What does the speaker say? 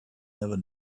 never